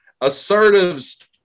Assertives